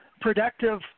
productive